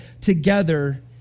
together